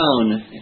down